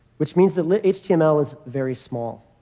which means that lit-html is very small.